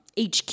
HQ